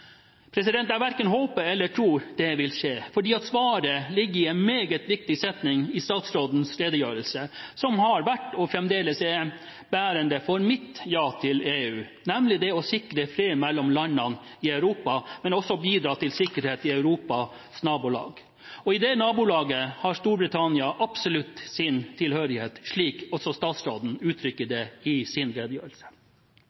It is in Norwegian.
Jeg verken håper eller tror det vil skje, fordi jeg mener svaret ligger i en meget viktig setning i statsrådens redegjørelse, som har vært og fremdeles er bærende for mitt ja til EU, nemlig det å sikre fred mellom landene i Europa, men også bidra til sikkerhet i Europas nabolag. I det nabolaget har Storbritannia absolutt sin tilhørighet, slik også statsråden uttrykker det i sin redegjørelse.